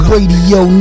Radio